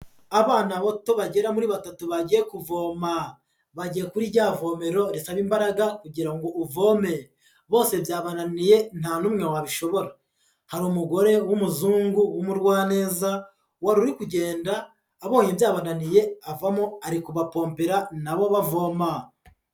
Abana bato bagera muri batatu bagiye kuvoma, bagiye kuri ryavomero risaba imbaraga kugira ngo uvome bose byabananiye nta n'umwe wabishobora, hari umugore w'umuzungu w'umugwaneza wari uri kugenda abonye byabananiye avamo, ari kubapompera na bo bavoma.